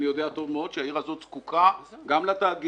אני יודע טוב מאוד שהעיר הזאת זקוקה גם לתאגיד.